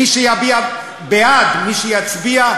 מי שיביע בעד ומי שיצביע,